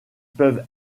peuvent